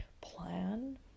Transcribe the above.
plan